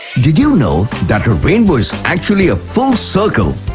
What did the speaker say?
did you know that a rainbow is actually a full circle.